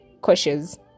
cautious